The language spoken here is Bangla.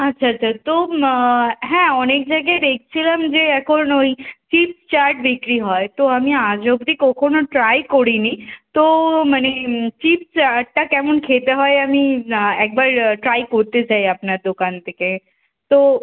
আচ্ছা আচ্ছা তো হ্যাঁ অনেক জায়গায় দেখছিলাম যে এখন ওই চিপস চাট বিক্রি হয় তো আমি আজ অবধি কখনো ট্রাই করি নি তো মানে চিপস চাটটা কেমন খেতে হয় আমি একবার ট্রাই করতে চাই আপনার দোকান থেকে তো